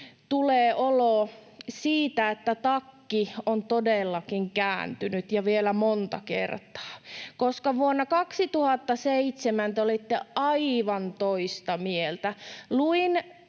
tulee olo, että takki on todellakin kääntynyt, ja vielä monta kertaa, koska vuonna 2007 te olitte aivan toista mieltä. Luin